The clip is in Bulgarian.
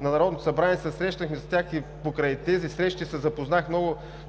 Народното събрание. Срещахме се с тях и покрай тези срещи се запознах